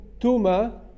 Tuma